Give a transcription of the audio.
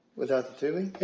without the tubing?